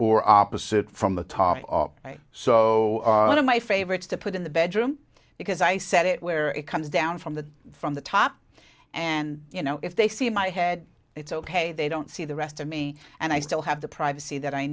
or opposite from the top up so one of my fav it's to put in the bedroom because i said it where it comes down from the from the top and you know if they see my head it's ok they don't see the rest of me and i still have the privacy that i